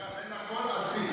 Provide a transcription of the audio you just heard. מירב, אין לך קול, עזבי.